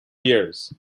years